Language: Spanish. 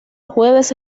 jueves